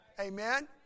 Amen